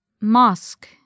Mosque